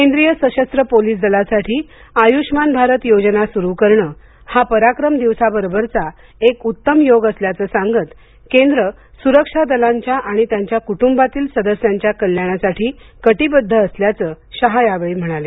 केंद्रीय सशस्त्र पोलिस दलासाठी आयुष्मान भारत योजना सुरू करणे हा पराक्रम दिवसाबरोबरचा एकउत्तम योग असल्याचं सांगत केंद्र सुरक्षा दलांच्या आणि त्यांच्या कुटुंबातील सदस्यांच्या कल्याणासाठी कटिबद्ध असल्याचं शहा यावेळी म्हणाले